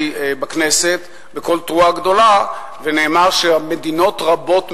בכנסת בקול תרועה גדולה ונאמר שמדינות רבות מתעניינות,